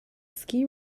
ski